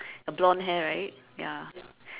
uh blonde hair right ya